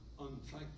unthankful